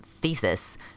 thesis